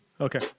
Okay